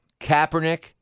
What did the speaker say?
Kaepernick